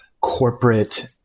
corporate